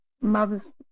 mother's